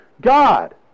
God